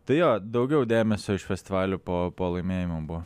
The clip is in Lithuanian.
tai jo daugiau dėmesio iš festivalio po po laimėjimo buvo